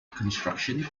construction